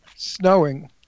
Snowing